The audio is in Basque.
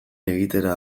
egitera